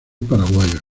paraguayo